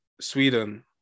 Sweden